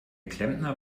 klempner